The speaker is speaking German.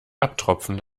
abtropfen